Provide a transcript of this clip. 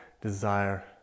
desire